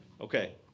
okay